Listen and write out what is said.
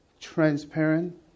transparent